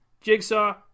Jigsaw